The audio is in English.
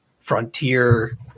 frontier